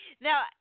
Now